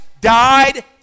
died